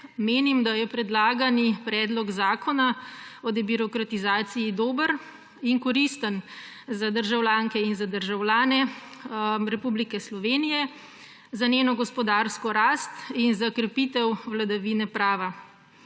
menim, da je predlagani Predlog zakona o debirokratizaciji dober in koristen za državljanke in za državljane Republike Slovenije, za njeno gospodarsko rast in za krepitev vladavine prava.